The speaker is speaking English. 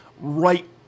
right